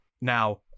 Now